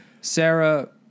Sarah